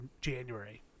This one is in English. January